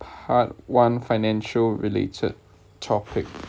part one financial related topic